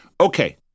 okay